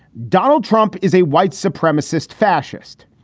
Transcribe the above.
donald trump is a white supremacist fascist.